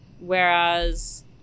whereas